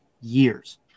years